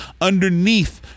underneath